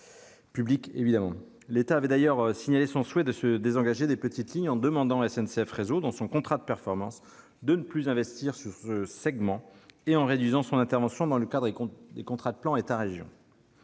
publiques. L'État avait d'ailleurs indiqué son souhait de se désengager des petites lignes en demandant à SNCF Réseau, dans son contrat de performance, de ne plus investir sur ce segment et en réduisant son intervention dans le cadre des contrats de plan État-région